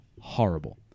horrible